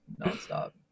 nonstop